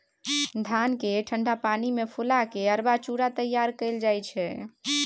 धान केँ ठंढा पानि मे फुला केँ अरबा चुड़ा तैयार कएल जाइ छै